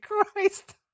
Christ